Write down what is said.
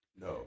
no